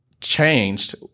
changed